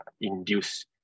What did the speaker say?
induce